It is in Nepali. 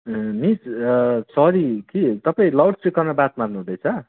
ए मिस सरी कि तपाईँ लाउड स्पिकरमा बात मार्नु हुँदैछ